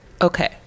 Okay